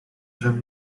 żem